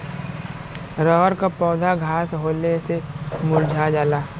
रहर क पौधा घास होले से मूरझा जाला